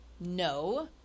No